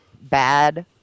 bad